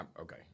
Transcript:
Okay